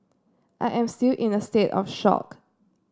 I am still in a state of shock